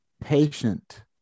patient